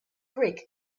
creek